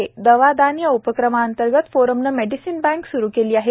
दवा दान या उपक्रमाअंतर्गत फोरमने मेडिसिन बँक सुरू केली आहे